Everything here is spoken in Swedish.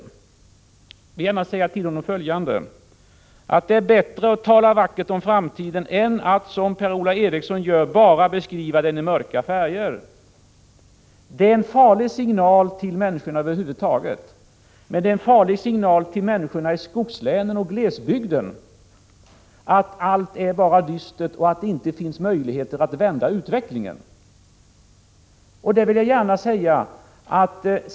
Jag vill gärna säga följande till honom: Det är bättre att tala vackert om framtiden än att, som Per-Ola Eriksson gör, bara beskriva den i mörka färger. Det är en farlig signal till människor över huvud taget, men det är en farlig signal särskilt till människorna i skogslänen och glesbygden att allt är bara dystert och att det inte finns möjligheter att vända utvecklingen.